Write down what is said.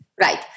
Right